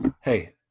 Hey